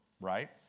right